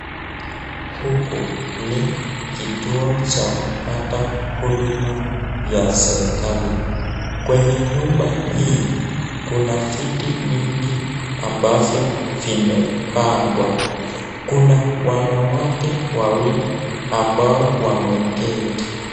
Huku ni kituo cha kupata huduma ya serikali. Kwenye nyumba hii kuna viti mingi ambavyo vimepangwa. Kuna wanawake wawili ambao wameketi.